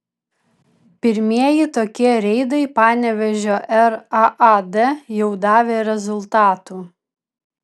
pirmieji tokie reidai panevėžio raad jau davė rezultatų